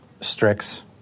Strix